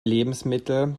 lebensmittel